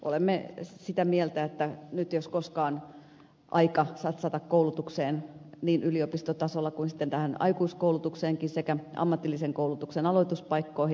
olemme sitä mieltä että nyt jos koskaan on aika satsata koulutukseen niin yliopistotasolla kuin sitten tähän aikuiskoulutukseenkin sekä ammatillisen koulutuksen aloituspaikkoihin